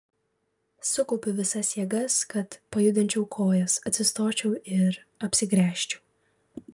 sukaupiu visas jėgas kad pajudinčiau kojas atsistočiau ir apsigręžčiau